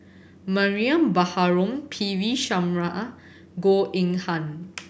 Mariam Baharom P V Sharma Goh Eng Han